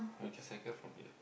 or we can cycle from here